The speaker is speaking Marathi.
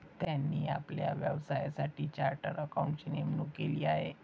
त्यांनी आपल्या व्यवसायासाठी चार्टर्ड अकाउंटंटची नेमणूक केली आहे